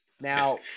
Now